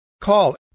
Call